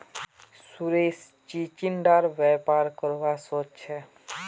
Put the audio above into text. सुरेश चिचिण्डार व्यापार करवा सोच छ